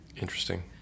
Interesting